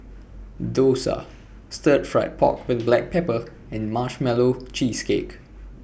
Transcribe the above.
Dosa Stir Fried Pork with Black Pepper and Marshmallow Cheesecake